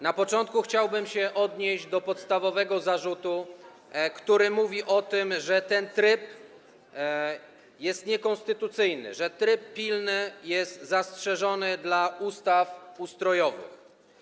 Na początku chciałbym się odnieść do podstawowego zarzutu, który mówi o tym, że ten tryb jest niekonstytucyjny, że tryb pilny jest zastrzeżony dla ustaw ustrojowych.